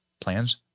plans